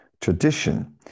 tradition